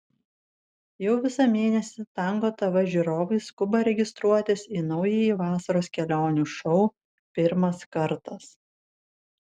jau visą mėnesį tango tv žiūrovai skuba registruotis į naująjį vasaros kelionių šou pirmas kartas